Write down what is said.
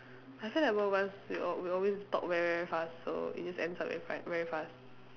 I feel like both of us we al~ we always talk very very fast so it just ends up very fa~ very fast